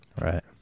Right